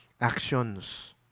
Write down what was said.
actions